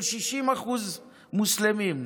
של 60% מוסלמים.